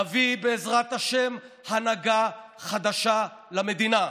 נביא, בעזרת השם, הנהגה חדשה למדינה,